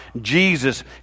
Jesus